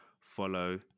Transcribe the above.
follow